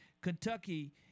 Kentucky